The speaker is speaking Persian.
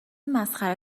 مسخره